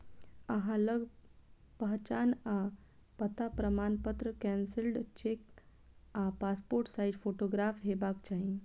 अहां लग पहचान आ पता प्रमाणपत्र, कैंसिल्ड चेक आ पासपोर्ट साइज फोटोग्राफ हेबाक चाही